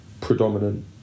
predominant